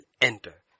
enter